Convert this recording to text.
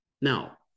Now